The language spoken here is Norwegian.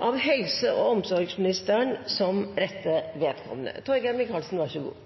av helse- og omsorgsministeren som rette vedkommende.